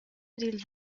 dils